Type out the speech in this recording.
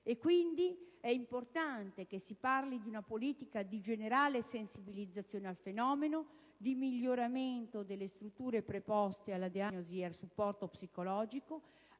È quindi importante che si parli di una politica di generale sensibilizzazione al fenomeno, di miglioramento delle strutture preposte alla diagnosi ed al supporto psicologico,